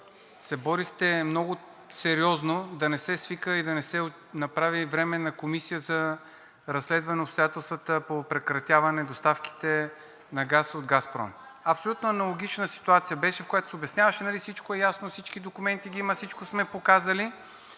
се борехте много сериозно да не се свика и да не се направи Временна комисия за разследване обстоятелствата по прекратяване доставките на газ от „Газпром“. Абсолютно аналогична ситуация беше, в която се обясняваше: всичко е ясно, всички документи ги има, всичко сме показали.